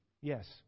Yes